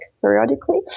periodically